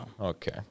Okay